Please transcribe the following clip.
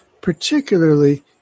particularly